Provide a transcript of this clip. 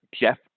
Jeff